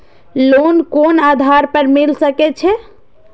Loan कोन आधार पर मिल सके छे?